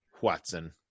Watson